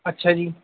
اچھا جی